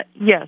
yes